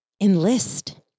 enlist